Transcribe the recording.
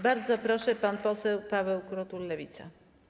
Bardzo proszę, pan poseł Paweł Krutul, Lewica.